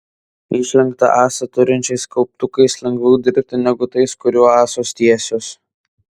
išlenktą ąsą turinčiais kauptukais lengviau dirbti negu tais kurių ąsos tiesios